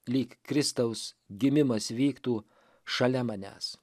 lyg kristaus gimimas vyktų šalia manęs